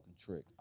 trick